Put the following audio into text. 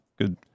Good